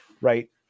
Right